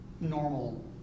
normal